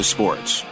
Sports